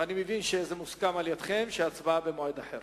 אבל אני מבין שמוסכם עליכם שההצבעה תתקיים במועד אחר.